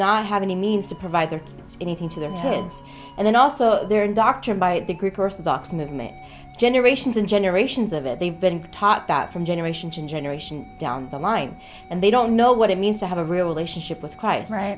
not have any means to provide their anything to their heads and then also their doctrine by the greek orthodox movement generations and generations of it they've been taught that from generation to generation down the line and they don't know what it means to have a relationship with christ right